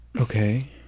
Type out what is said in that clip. Okay